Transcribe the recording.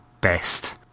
Best